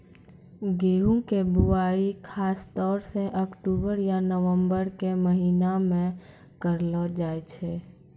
गेहूँ के बुआई खासतौर सॅ अक्टूबर या नवंबर के महीना मॅ करलो जाय छै